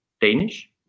Danish